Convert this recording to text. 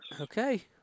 Okay